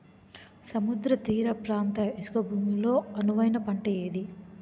సముద్ర తీర ప్రాంత ఇసుక భూమి లో అనువైన పంట ఏది?